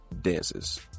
dances